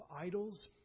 idols